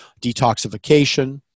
detoxification